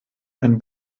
ein